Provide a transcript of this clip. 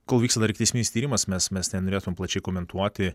kol vyksta dar ikiteisminis tyrimas mes mes nenorėtumėm plačiai komentuoti